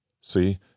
see